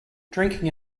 drinking